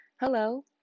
Hello